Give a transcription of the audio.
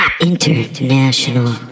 International